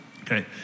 Okay